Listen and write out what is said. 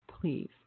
please